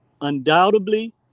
undoubtedly